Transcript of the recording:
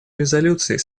резолюций